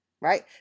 Right